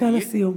דקה לסיום.